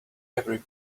every